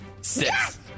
Six